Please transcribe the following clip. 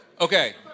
Okay